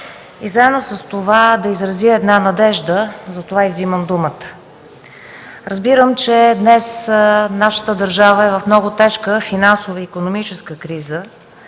заедно с това да изразя една надежда, затова и вземам думата. Разбирам, че днес нашата държава е в много тежка финансова и икономическа криза,